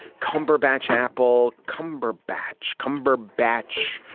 cumberbatch. apple. cumberbatch. cumberbatch.